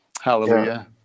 Hallelujah